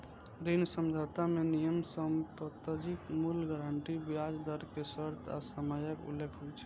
ऋण समझौता मे नियम, संपत्तिक मूल्य, गारंटी, ब्याज दर के शर्त आ समयक उल्लेख होइ छै